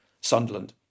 Sunderland